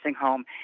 home